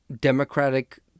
Democratic